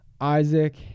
Isaac